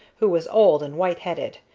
who was old and white-headed.